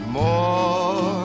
more